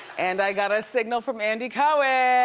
and i got a signal from andy cohen!